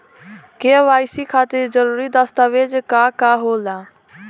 KYC खातिर जरूरी दस्तावेज का का होला?